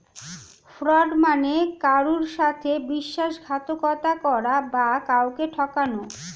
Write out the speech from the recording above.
fraud মানে কারুর সাথে বিশ্বাসঘাতকতা করা বা কাউকে ঠকানো